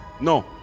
No